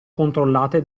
controllate